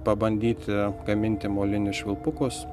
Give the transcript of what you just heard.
pabandyti gaminti molinius švilpukus